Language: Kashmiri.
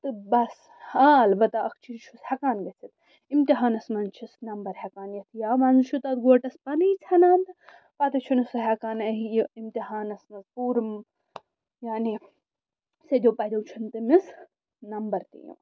تہٕ بَس آ اَلبتہ اکھ چیٖز چھُس ہٮ۪کان گٔژھِتھ اِمتحانَس منٛز چھِس نمبر ہٮ۪کان یتھ یا منٛزٕ چھُ تَتھ گوٹَس پَنٕے ژھٮ۪نان تہٕ پَتہٕ چھُنہٕ سُہ ہٮ۪کان یہِ اِمتِحانَس منٛز پوٗرٕ یعنی سیٚدیو پدیو چھُنہٕ تٔمِس نمبر تہِ یِوان